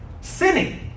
sinning